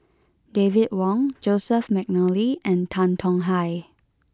David Wong Joseph McNally and Tan Tong Hye